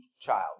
child